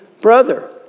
brother